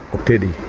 tedi.